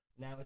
now